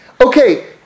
okay